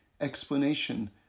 explanation